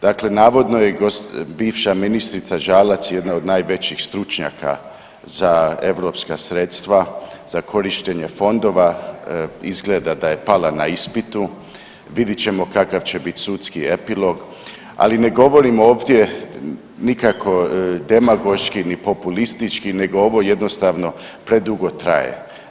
Dakle, navodno je bivša ministrica Žalac jedna od najvećih stručnjaka za europska sredstva za korištenje fonda, izgleda da je pala na ispitu, vidit ćemo kakav će bit sudski epilog ali ne govorim ovdje nikako demagoški ni populistički nego ovo jednostavno predugo traje.